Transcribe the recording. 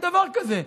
אין דבר כזה.